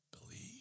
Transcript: believe